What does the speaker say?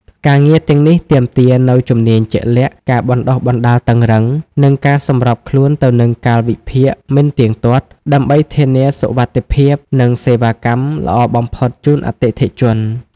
ការងារទាំងនេះទាមទារនូវជំនាញជាក់លាក់ ការបណ្តុះបណ្តាលតឹងរ៉ឹង និងការសម្របខ្លួនទៅនឹងកាលវិភាគមិនទៀងទាត់ ដើម្បីធានាសុវត្ថិភាពនិងសេវាកម្មល្អបំផុតជូនអតិថិជន។